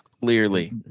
Clearly